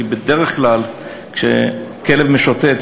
כי בדרך כלל כשכלב משוטט,